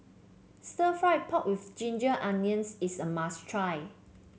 Stir Fried Pork with Ginger Onions is a must try